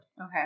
Okay